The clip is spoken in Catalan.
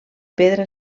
pedra